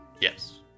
Yes